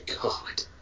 God